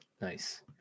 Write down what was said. Nice